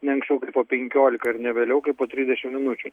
ne anksčiau kaip po penkiolika ir ne vėliau kaip po trisdešim minučių